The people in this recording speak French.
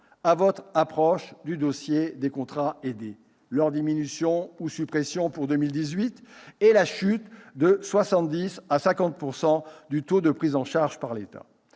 à votre approche du dossier des contrats aidés, leur diminution ou suppression pour 2018 et la chute de 70 % à 50 % du taux de prise en charge par l'État.